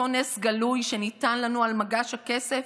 אותו נס גלוי שניתן לנו על מגש הכסף,